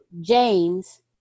James